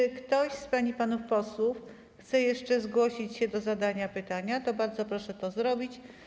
Jeśli ktoś z pań i panów posłów chce jeszcze zgłosić się do zadania pytania, to bardzo proszę to zrobić.